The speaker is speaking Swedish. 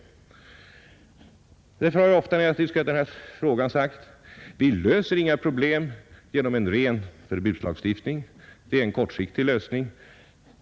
Jag har därför ofta i diskussioner om denna fråga sagt, att vi inte löser dessa problem — annat än kanske mycket kortsiktigt — genom en ren förbudslagstiftning.